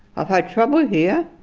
i've had trouble here,